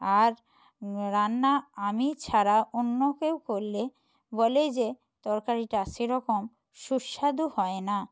আর রান্না আমি ছাড়া অন্য কেউ করলে বলে যে তরকারিটা সে রকম সুস্বাদু হয় না